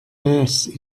mass